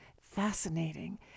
Fascinating